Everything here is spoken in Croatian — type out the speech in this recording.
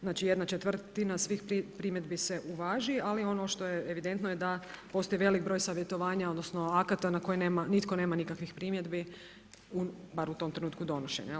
Znači jedna četvrtina svih primjedbi se uvaži ali ono što je evidentno je da postoji velik broj savjetovanja, odnosno akata na koje nitko nema nikakvih primjedbi, bar u tom trenutku donošenja.